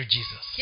Jesus